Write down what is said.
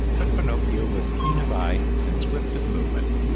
but pinocchio was keen of eye and swift of movement,